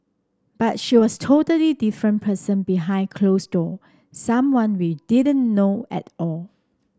but she was totally different person behind close door someone we didn't know at all